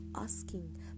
Asking